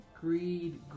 greed